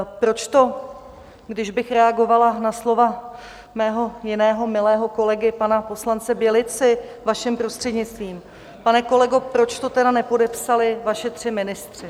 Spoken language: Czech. Proč to kdybych reagovala na slova mého jiného milého kolegy pana poslance Bělici, vaším prostřednictvím pane kolego, proč to tedy nepodepsali vaši tři ministři?